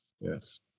yes